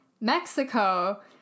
Mexico